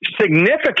significant